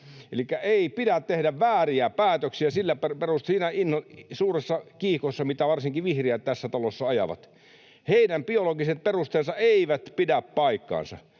Elikkä ei pidä tehdä vääriä päätöksiä siinä suuressa kiihkossa, mitä varsinkin vihreät tässä talossa ajavat. Heidän biologiset perusteensa eivät pidä paikkaansa.